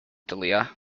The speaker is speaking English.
dahlia